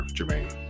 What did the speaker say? Jermaine